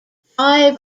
five